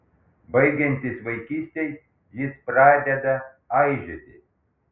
baigiantis vaikystei jis pradeda aižėti